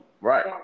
Right